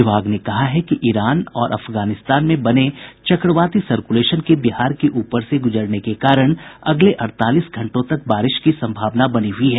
विभाग ने कहा है कि ईरान और अफगानिस्तान में बने चक्रवाती सर्कुलेशन के बिहार के ऊपर से गुजरने के कारण अगले अड़तालीस घंटों तक बारिश की संभावना बनी हुई है